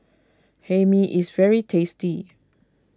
Hae Mee is very tasty